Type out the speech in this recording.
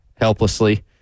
helplessly